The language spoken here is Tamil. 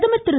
பிரதமர் திரு